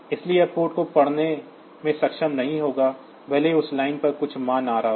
इसलिए यह पोर्ट को पढ़ने में सक्षम नहीं होगा भले ही उस लाइन पर कुछ मान आ रहा हो